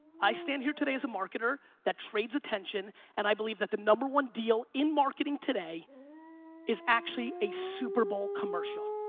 i stand here today as a marketer that trades attention and i believe that the number one deal in marketing today is actually a super bowl commercial.